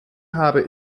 habe